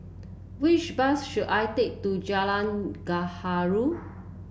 which bus should I take to Jalan Gaharu